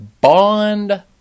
bond